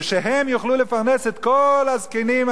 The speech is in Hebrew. ושיוכלו לפרנס את כל הזקנים,